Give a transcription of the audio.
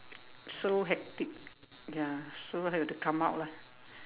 so hectic ya so have to come out lah